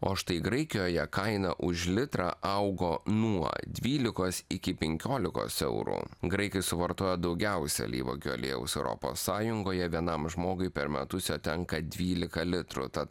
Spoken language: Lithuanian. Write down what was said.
o štai graikijoje kaina už litrą augo nuo dvylikos iki penkiolikos eurų graikai suvartojo daugiausiai alyvuogių aliejaus europos sąjungoje vienam žmogui per metus jo tenka dvylika litrų tad